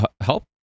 help